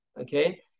okay